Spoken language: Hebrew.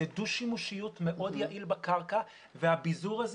זה דו-שימושיות מאוד יעיל בקרקע והביזור הזה